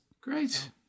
Great